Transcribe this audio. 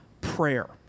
Prayer